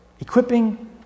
Equipping